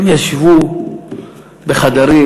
הם ישבו בחדרים,